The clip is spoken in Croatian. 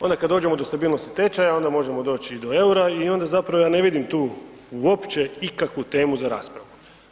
Onda kada dođemo do stabilnosti tečaja onda možemo doći i do eura i onda zapravo ja ne vidim tu opće ikakvu temu za raspravu.